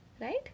Right